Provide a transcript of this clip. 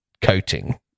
coating